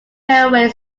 railway